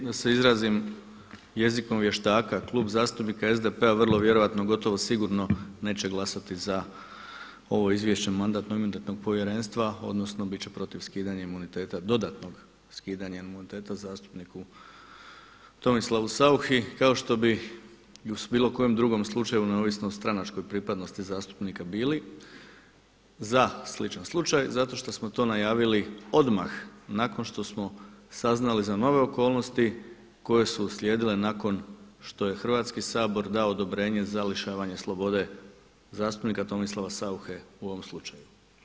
Da se izrazim jezikom vještaka, Klub zastupnika SDP-a vrlo vjerojatno, gotovo sigurno neće glasati za ovo izvješće Mandatno-imunitetnog povjerenstva, odnosno bit će protiv skidanja imuniteta, dodatnog skidanja imuniteta zastupniku Tomislavu Sauchi kao što bi i u bilo kojem drugom slučaju neovisno o stranačkoj pripadnosti zastupnika bili za sličan slučaj zato što smo to najavili odmah nakon što smo saznali za nove okolnosti koje su uslijedile nakon što je Hrvatski sabor dao odobrenje za lišavanje slobode zastupnika Tomislava Sauche u ovom slučaju.